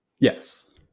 Yes